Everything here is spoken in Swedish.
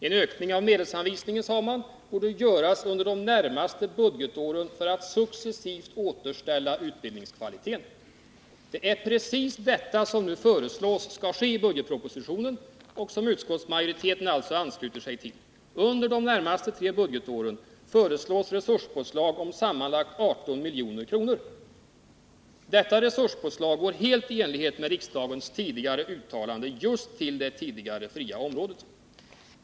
En ökning av medelsanvisningen, sade man, borde göras under de närmaste budgetåren för att successivt återställa utbildningskvaliteten. Precis detta föreslås nu ske i propositionen, vilken utskottsmajoriteten ansluter sig till. Det föreslås resurspåslag under de närmaste tre budgetåren på sammanlagt 18 milj.kr. Detta resurspåslag går helt i enlighet med riksdagens uttalande just till det tidigare fria området.